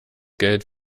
geld